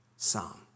Psalm